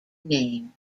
name